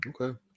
Okay